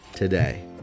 today